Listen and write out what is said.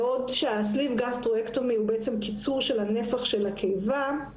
בעוד שה-Sleeve gastrectomy הוא בעצם קיצור של נפח הקיבה,